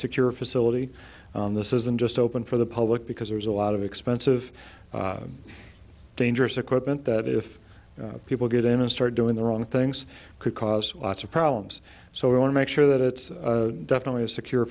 secure facility on this isn't just open for the public because there's a lot of expensive dangerous equipment that if people get in and start doing the wrong things could cause lots of problems so we want to make sure that it's definitely a secure